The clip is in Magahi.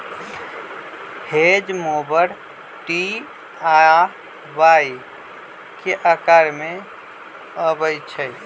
हेज मोवर टी आ वाई के अकार में अबई छई